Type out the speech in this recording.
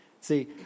See